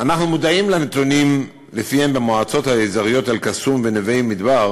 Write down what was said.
אנחנו מודעים לנתונים שלפיהם במועצות האזוריות אל-קסום ונווה-מדבר